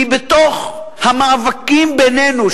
כי בתוך המאבקים בינינו,